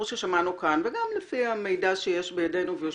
ששמענו כאן ולפי המידע שיש בידינו אתם